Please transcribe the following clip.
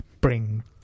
bring